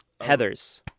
Heathers